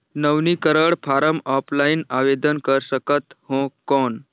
नवीनीकरण form offline आवेदन कर सकत हो कौन?